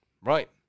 Right